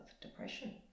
depression